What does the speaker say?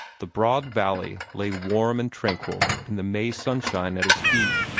the broad valley lay warm and tranquil in the may sunshine at his feet.